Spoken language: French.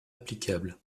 applicable